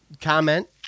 comment